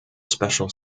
special